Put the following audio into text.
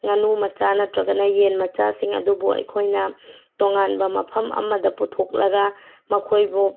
ꯉꯥꯅꯨ ꯃꯆꯥ ꯅꯠꯇ꯭ꯔꯒꯅ ꯌꯦꯟ ꯃꯆꯥꯁꯤꯡ ꯑꯗꯨꯕꯨ ꯑꯩꯈꯣꯏꯅ ꯇꯣꯉꯥꯟꯕ ꯃꯐꯝ ꯑꯃꯗ ꯄꯨꯊꯣꯛꯂꯒ ꯃꯈꯣꯏꯕꯨ